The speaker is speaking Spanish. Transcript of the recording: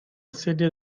serie